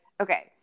Okay